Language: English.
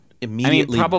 immediately